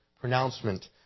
pronouncement